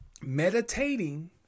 meditating